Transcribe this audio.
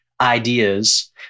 ideas